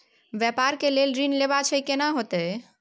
व्यापार के लेल ऋण लेबा छै केना होतै?